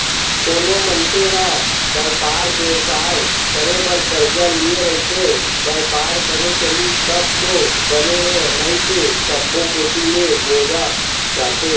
कोनो मनसे ह बयपार बेवसाय करे बर करजा लिये रइथे, बयपार बने चलिस तब तो बने हे नइते सब्बो कोती ले बोजा जथे